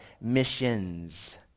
missions